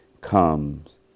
comes